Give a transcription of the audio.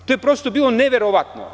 To je prosto bilo neverovatno.